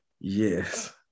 Yes